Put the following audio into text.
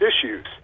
issues